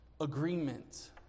agreement